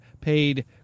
paid